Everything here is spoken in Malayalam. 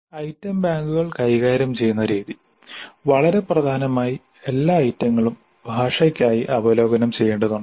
ഐറ്റം ബാങ്കുകൾ കൈകാര്യം ചെയ്യുന്നു രീതി വളരെ പ്രധാനമായി എല്ലാ ഐറ്റങ്ങളും ഭാഷയ്ക്കായി അവലോകനം ചെയ്യേണ്ടതുണ്ട്